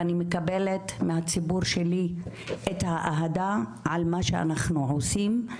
ואני מקבלת מהציבור שלי את האהדה על מה שאנחנו עושים,